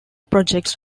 projects